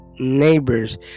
Neighbors